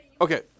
Okay